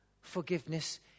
forgiveness